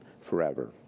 forever